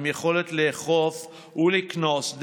עם יכולת לאכוף ולקנוס,